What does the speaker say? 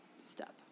step